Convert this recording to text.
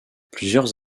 plusieurs